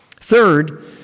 Third